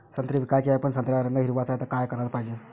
संत्रे विकाचे हाये, पन संत्र्याचा रंग हिरवाच हाये, त का कराच पायजे?